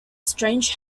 strange